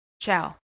Ciao